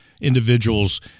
individuals